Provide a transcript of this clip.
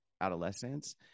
adolescents